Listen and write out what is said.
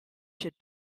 should